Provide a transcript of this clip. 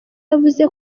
yavuze